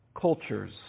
cultures